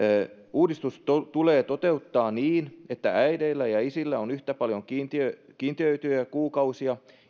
uudistus tulee toteuttaa niin että äideillä ja isillä on yhtä paljon kiintiöityjä kuukausia